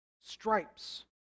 stripes